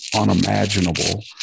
unimaginable